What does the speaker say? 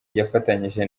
yafatanyije